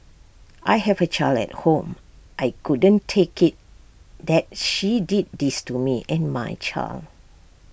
I have A child at home I couldn't take IT that she did this to me and my child